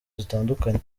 zitandukanye